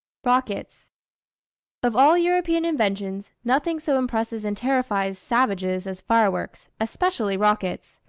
rockets of all european inventions, nothing so impresses and terrifies savages as fireworks, especially rockets.